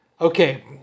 okay